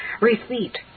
receipt